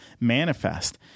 manifest